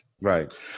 right